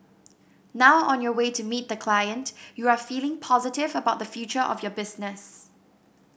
now on your way to meet the client you are feeling positive about the future of your business